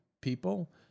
people